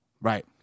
Right